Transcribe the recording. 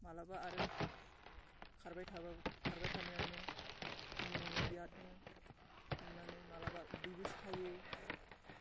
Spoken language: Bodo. माब्लाबा आरो खारबाय थाबाबो खारबाय थानायावनो मेङो बिरातनो मेंनानै माब्लाबा उदैबो सायो